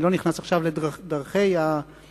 אני לא נכנס עכשיו לדרכי המחאה,